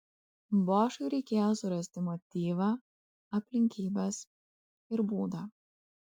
bošui reikėjo surasti motyvą aplinkybes ir būdą